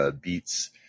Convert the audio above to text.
beats